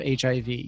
HIV